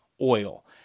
oil